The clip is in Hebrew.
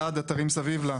אלעד אתרים סביב לה.